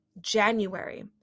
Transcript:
January